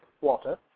water